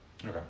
Okay